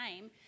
time